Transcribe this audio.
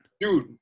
dude